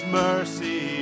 mercy